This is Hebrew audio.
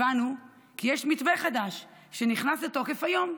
הבנו כי יש מתווה חדש שנכנס לתוקף היום,